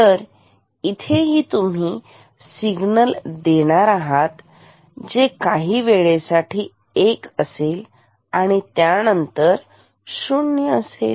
तर इथेही तुम्ही सिग्नल देणार आहात जे काही वेळेसाठी एक असेल आणि त्यानंतर शून्य असेल